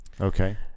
Okay